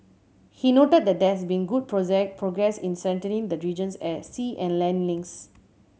he noted that there has been good progress in strengthening the region's air sea and land links